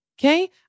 Okay